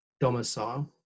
domicile